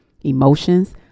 emotions